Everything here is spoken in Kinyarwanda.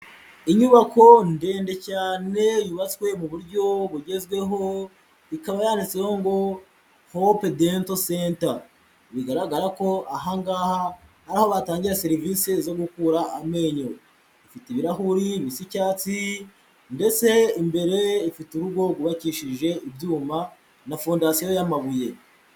Inyubako ndende cyane yubatswe mu buryo bugezweho, ikaba yanditsweho ngo Hope Dental Center, bigaragara ko aha ngaha ari aho batangira serivisi zo gukura amenyo. Ifite ibirahuri bisa icyatsi ndetse imbere ifite urugo rwubakishije ibyuma na fondasiyo y'amabuye.